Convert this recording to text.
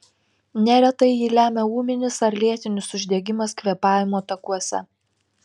neretai jį lemia ūminis ar lėtinis uždegimas kvėpavimo takuose